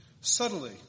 subtly